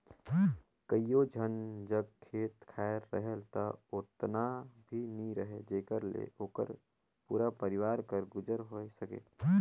कइयो झन जग खेत खाएर रहेल ता ओतना भी नी रहें जेकर ले ओकर पूरा परिवार कर गुजर होए सके